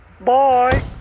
bye